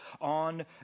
on